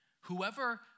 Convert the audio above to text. Whoever